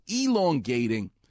elongating